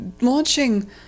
launching